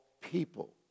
people